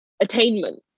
attainment